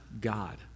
God